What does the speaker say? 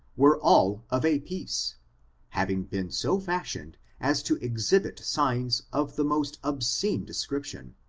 were all of a piece having been so fash ioned as to exhibit sights of the most obscene descrip tion,